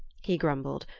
he grumbled,